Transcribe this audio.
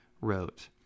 wrote